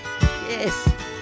Yes